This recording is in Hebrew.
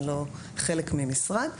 הן לא חלק ממשרד,